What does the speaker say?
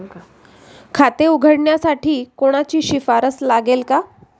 खाते उघडण्यासाठी कोणाची शिफारस लागेल का?